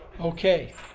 Okay